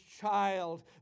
child